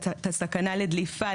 את הסכנה לדליפה,